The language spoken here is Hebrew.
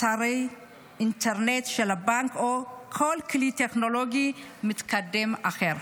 אתרי אינטרנט של הבנק או כל כלי טכנולוגי מתקדם אחר.